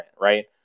right